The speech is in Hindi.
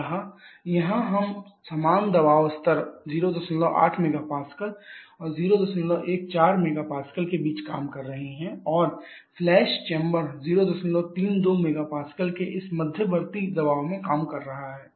अतः यहाँ हम समान दबाव स्तर 08 MPa और 014 MPa के बीच काम कर रहे हैं और फ़्लैश चैम्बर 032 MPa के इस मध्यवर्ती दबाव में काम कर रहा है